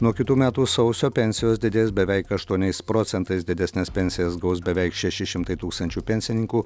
nuo kitų metų sausio pensijos didės beveik aštuoniais procentais didesnes pensijas gaus beveik šeši šimtai tūkstančių pensininkų